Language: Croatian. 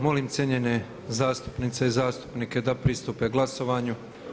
Molim cijenjene zastupnice i zastupnike da pristupe glasovanju.